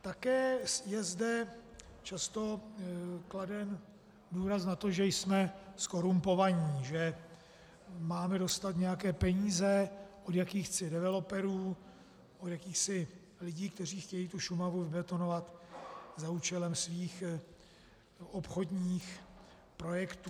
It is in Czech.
Také je zde často kladen důraz na to, že jsme zkorumpovaní, že máme dostat nějaké peníze od jakýchsi developerů, od jakýchsi lidí, kteří chtějí Šumavu vybetonovat za účelem svých obchodních projektů.